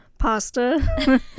pasta